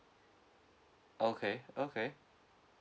okay okay